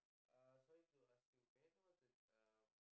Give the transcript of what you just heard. uh sorry to ask you may I know what's the uh